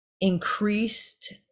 increased